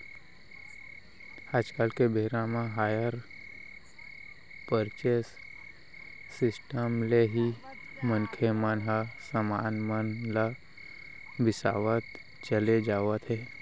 आज के बेरा म हायर परचेंस सिस्टम ले ही मनखे मन ह समान मन ल बिसावत चले जावत हे